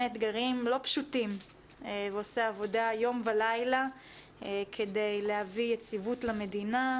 אתגרים לא פשוטים ועושה עבודה יום ולילה כדי להביא יציבות למדינה,